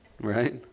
right